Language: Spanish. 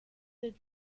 del